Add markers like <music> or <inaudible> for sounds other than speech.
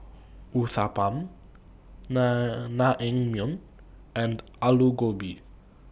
Uthapam <unintelligible> Naengmyeon and Alu Gobi